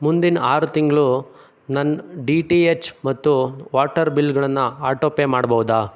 ಮುಂದಿನ ಆರು ತಿಂಗಳು ನನ್ನ ಡಿ ಟಿ ಹೆಚ್ ಮತ್ತು ವಾಟರ್ ಬಿಲ್ಗಳನ್ನು ಆಟೊ ಪೇ ಮಾಡ್ಬಹುದ